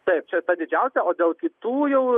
taip čia didžiausia o dėl kitų jau